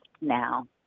now